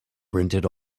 printed